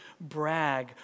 brag